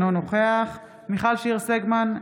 אינו נוכח מיכל שיר סגמן,